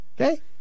Okay